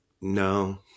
No